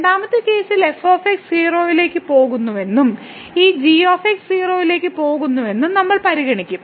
രണ്ടാമത്തെ കേസിൽ f 0 ലേക്ക് പോകുന്നുവെന്നും ഈ g 0 ലേക്ക് പോകുന്നുവെന്നും നമ്മൾ പരിഗണിക്കും